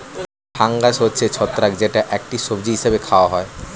fungus হচ্ছে ছত্রাক যেটা একটি সবজি হিসেবে খাওয়া হয়